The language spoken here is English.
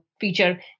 feature